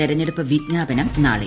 തെരഞ്ഞെടുപ്പ് വിജ്ഞാപനം നാളെ